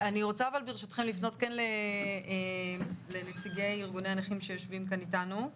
אני רוצה לפנות לנציגי ארגוני הנכים שיושבים כאן אתנו.